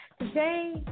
today